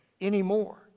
anymore